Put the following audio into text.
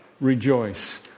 rejoice